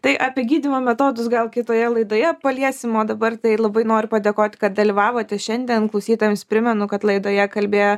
tai apie gydymo metodus gal kitoje laidoje paliesim o dabar tai labai noriu padėkot kad dalyvavote šiandien klausytojams primenu kad laidoje kalbėjo